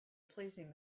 pleasing